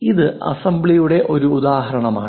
ഇത് അസംബ്ലിയുടെ ഒരു ഉദാഹരണമാണ്